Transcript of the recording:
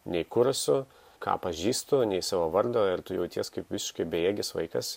nei kur esu ką pažįstu nei savo vardo ir tu jauties kaip visiškai bejėgis vaikas